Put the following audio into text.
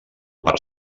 part